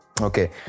Okay